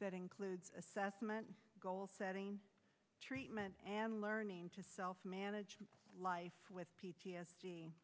that includes assessment goal setting treatment and learning to self manage life with p